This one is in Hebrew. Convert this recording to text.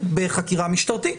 בחקירה משטרתית.